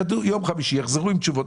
עם תשובות.